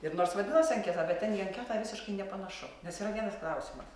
ir nors vadinosi anketą bet ten į anketą visiškai nepanašu nes yra vienas klausimas